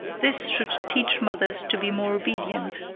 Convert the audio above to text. this should teach mothers to be more obedient,